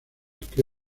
que